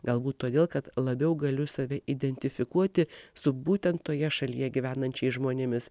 galbūt todėl kad labiau galiu save identifikuoti su būtent toje šalyje gyvenančiais žmonėmis